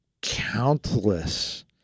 countless